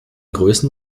größen